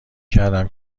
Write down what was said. کردم